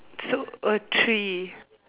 so a tree